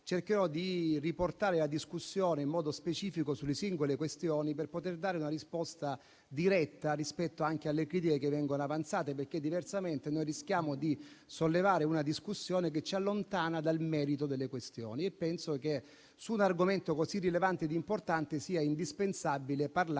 cercherò di riportare la discussione in modo specifico sulle singole questioni per poter dare una risposta diretta anche rispetto alle critiche che vengono avanzate. Diversamente, rischiamo di sollevare una discussione che ci allontana dal merito delle questioni. E penso che su un argomento così rilevante ed importante sia indispensabile parlare